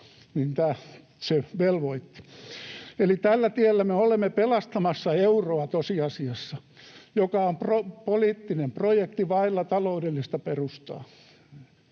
tällä tiellä me olemme pelastamassa euroa tosiasiassa, mikä on poliittinen projekti vailla taloudellista perustaa,